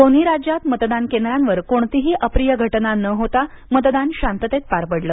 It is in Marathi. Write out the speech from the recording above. दोन्ही राज्यात मतदान केंद्रांवर कोणतीही अप्रिय घटना न होता मतदान शांततेत पार पडलं